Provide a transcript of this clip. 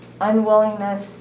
unwillingness